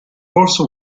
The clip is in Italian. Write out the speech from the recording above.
force